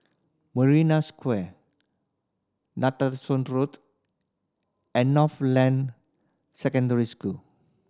Marina Square Netheravon Road and Northland Secondary School